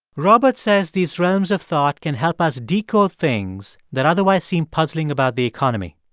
robert says these realms of thought can help us decode things that otherwise seem puzzling about the economy.